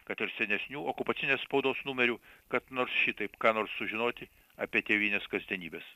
kad ir senesnių okupacinės spaudos numerių kad nors šitaip ką nors sužinoti apie tėvynės kasdienybes